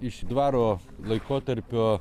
iš dvaro laikotarpio